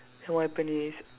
then what happen is